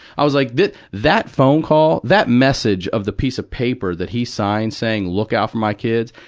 i was like, that that phone call, that message of the piece of paper that he signed saying, look out for my kids.